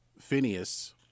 Phineas